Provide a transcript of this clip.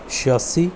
ਛਿਆਸੀ